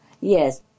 yes